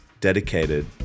dedicated